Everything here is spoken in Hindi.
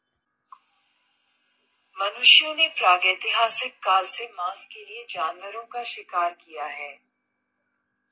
मनुष्यों ने प्रागैतिहासिक काल से मांस के लिए जानवरों का शिकार किया है